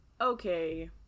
okay